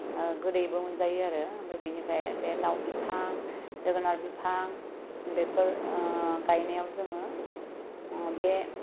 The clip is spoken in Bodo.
गोदैबो मोनजायो आरो ओमफ्राय बेनिफ्राय बे लाव बिफां जोगोनार बिफां बेफोर गायनायाव जोङो बे